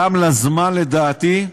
גם בזמן, לדעתי,